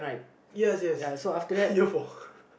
yes yes earphone